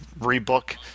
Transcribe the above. rebook